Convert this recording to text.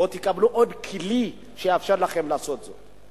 בואו תקבלו עוד כלי שיאפשר לכם לעשות את זה.